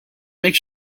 makes